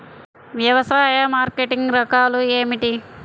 వ్యవసాయ మార్కెటింగ్ రకాలు ఏమిటి?